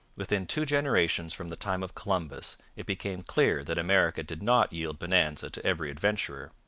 within two generations from the time of columbus it became clear that america did not yield bonanza to every adventurer.